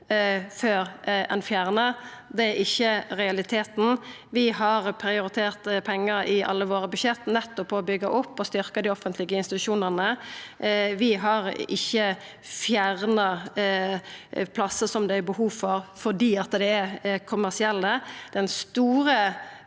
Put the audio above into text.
før ein fjernar – det er ikkje realiteten. Vi har prioritert pengar i alle budsjetta våre til nettopp å byggja opp og styrkja dei offentlege institusjonane. Vi har ikkje fjerna plassar som det er behov for, fordi dei er kommersielle.